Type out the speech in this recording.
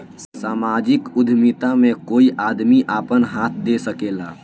सामाजिक उद्यमिता में कोई आदमी आपन हाथ दे सकेला